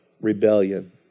rebellion